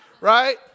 Right